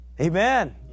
Amen